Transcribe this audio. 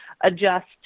adjust